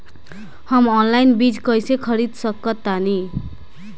हम ऑनलाइन बीज कईसे खरीद सकतानी?